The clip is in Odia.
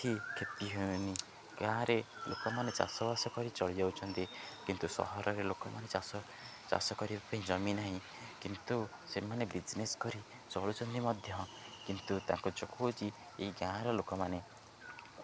କିଛି କ୍ଷତି ହୁଏନି ଗାଁରେ ଲୋକମାନେ ଚାଷବାସ କରି ଚଳିଯାଉଛନ୍ତି କିନ୍ତୁ ସହରରେ ଲୋକମାନେ ଚାଷ ଚାଷ କରିବା ପାଇଁ ଜମି ନାହିଁ କିନ୍ତୁ ସେମାନେ ବିଜନେସ୍ କରି ଚଳୁଛନ୍ତି ମଧ୍ୟ କିନ୍ତୁ ତାଙ୍କ ଯୋଗ ହେଉଛି ଏଇ ଗାଁର ଲୋକମାନେ